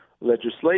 legislation